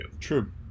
True